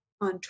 on